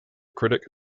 critic